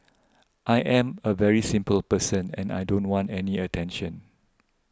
I am a very simple person and I don't want any attention